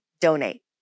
donate